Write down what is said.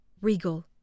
regal